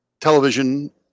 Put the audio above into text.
television